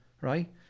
right